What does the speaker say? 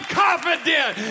confident